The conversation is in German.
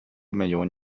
millionen